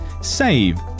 save